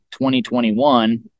2021